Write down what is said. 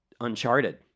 uncharted